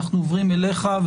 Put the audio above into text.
אנחנו עוברים אליך,